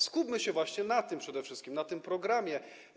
Skupmy się właśnie przede wszystkim na tym programie.